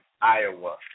Iowa